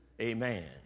Amen